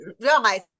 realize